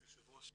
אדוני היושב ראש,